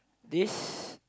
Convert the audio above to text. this